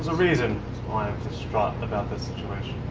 so reason why i'm distraught about this situation.